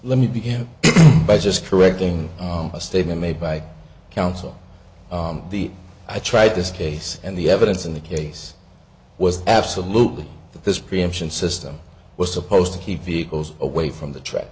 let me begin by just correcting a statement made by counsel i tried this case and the evidence in the case was absolutely that this preemption system was supposed to keep vehicles away from the truck